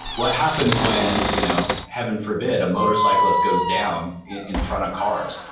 what happens when, you know heaven forbid, a motorcyclist goes down in front of cars?